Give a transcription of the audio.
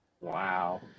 Wow